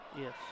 Yes